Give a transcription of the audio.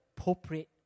appropriate